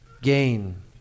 gain